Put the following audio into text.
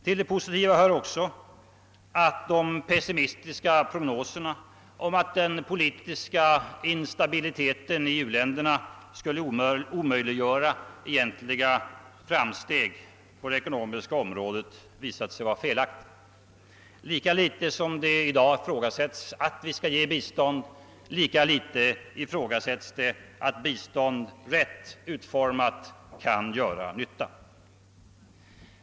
Till det glädjande hör också att de pessimistiska prognoserna om att den politiska instabiliteten i u-länderna skulle omöjliggöra ekonomiska framsteg, har visat sig vara felaktiga. Lika litet som det i dag ifrågasätts att vi skall ge bistånd ifrågasätts det att bistånd rätt utformat kan göra nytta.